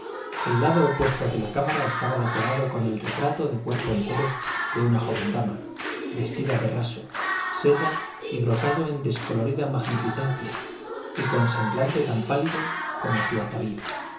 el lado opuesto de la cámara estaba decorado con el retrato de cuerpo entero de una joven dama vestida de raso seda y brocado en descolorida magnificencia y con semblante tan pálido como su atavío